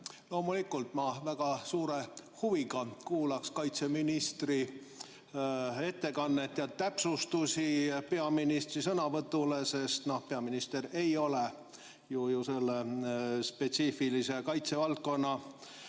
Loomulikult ma väga suure huviga kuulaks kaitseministri ettekannet ja täpsustusi peaministri sõnavõtule, sest peaminister ei ole ju spetsiifiliselt kaitsevaldkonna